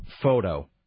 photo